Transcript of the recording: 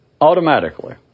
automatically